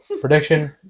prediction